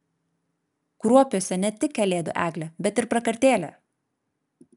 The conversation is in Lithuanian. kruopiuose ne tik kalėdų eglė bet ir prakartėlė